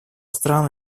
стран